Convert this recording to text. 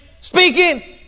speaking